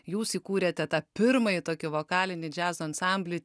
jūs įkūrėte tą pirmąjį tokį vokalinį džiazo ansamblį